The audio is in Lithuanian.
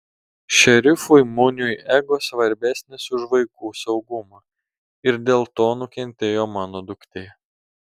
šerifui muniui ego svarbesnis už vaikų saugumą ir dėl to nukentėjo mano duktė